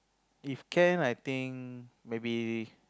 if can I think maybe